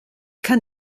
kann